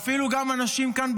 אפילו אנשים כאן,